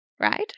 Right